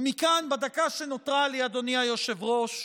ומכאן, בדקה שנותרה לי, אדוני היושב-ראש,